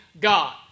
God